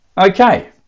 Okay